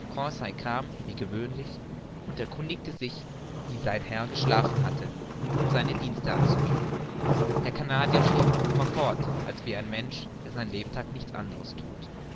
kam wie gewöhnlich und erkundigte sich wie sein herr geschlafen und um seine dienste anzubieten der canadier schlief noch immer fort als wie ein mensch der sein lebtag nichts anders thut